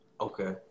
Okay